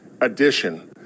addition